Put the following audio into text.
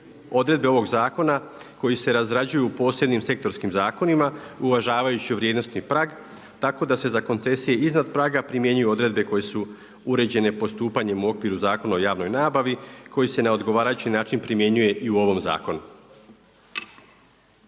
odredbe ovog zakona koji se razrađuju u posebnim sektorskim zakonima uvažavajući vrijednosni prag, tako da se za koncesije iznad praga primjenjuju odredbe koje su uređene postupanjem u okviru Zakona o javnoj nabavi koji se na odgovarajući način primjenjuje i u ovom zakonu.